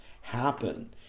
happen